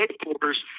headquarters